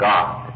God